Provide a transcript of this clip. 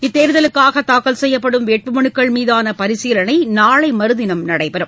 இத்தேர்தலுக்காக தாக்கல் செய்யப்படும் வேட்பு மனுக்கள் மீதான பரிசீலனை நாளை மறுதினம் நடைபெறம்